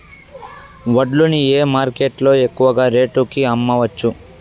వడ్లు ని ఏ మార్కెట్ లో ఎక్కువగా రేటు కి అమ్మవచ్చు?